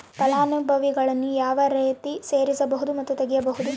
ಫಲಾನುಭವಿಗಳನ್ನು ಯಾವ ರೇತಿ ಸೇರಿಸಬಹುದು ಮತ್ತು ತೆಗೆಯಬಹುದು?